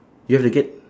you have the gate